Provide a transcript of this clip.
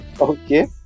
Okay